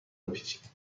بپیچید